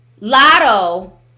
lotto